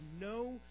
no